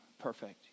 perfect